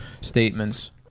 statements